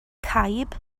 caib